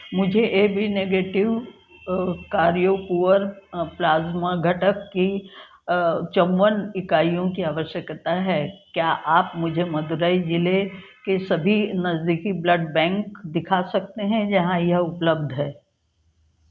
मुझे A B negative cryo poor plasma घटक की चौपन इकाइयों की आवश्यकता है क्या आप मुझे मदुरै ज़िले के सभी नज़दीकी ब्लड बैंक दिखा सकते हैं जहाँ यह उपलब्ध है